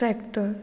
tractor